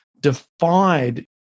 defied